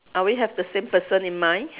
are we have the same person in mind